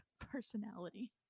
personality